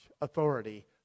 authority